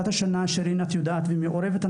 שירין את יודעת את זה ומעורבת,